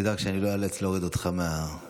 תדאג שאני לא איאלץ להוריד אותך מהדוכן.